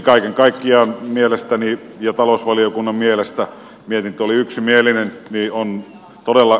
kaiken kaikkiaan mielestäni ja talousvaliokunnan mielestä mietintö oli yksimielinen tämä on todella